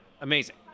amazing